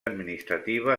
administrativa